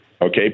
Okay